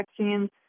vaccines